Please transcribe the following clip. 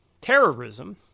terrorism